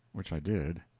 which i did.